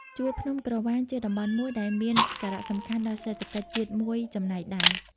ជួរភ្នំក្រវាញ ជាតំបន់មួយដែលមានសារសំខាន់ដល់សេដ្ឋកិច្ច ជាតិមួយចំណែកដែរ ។